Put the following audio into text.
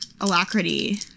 Alacrity